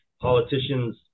politicians